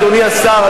אדוני השר,